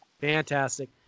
Fantastic